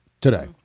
today